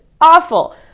awful